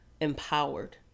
empowered